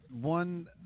one